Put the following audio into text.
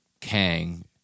Kang